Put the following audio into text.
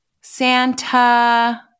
Santa